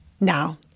Now